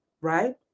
right